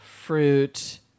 fruit